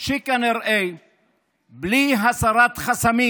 שכנראה בלי הסרת חסמים